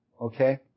okay